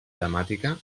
temàtica